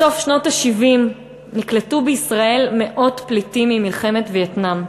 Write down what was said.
בסוף שנות ה-70 נקלטו בישראל מאות פליטים ממלחמת וייטנאם.